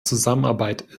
zusammenarbeit